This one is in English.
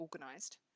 organised